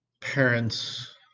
parents